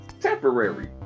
Temporary